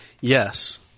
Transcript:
Yes